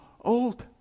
Old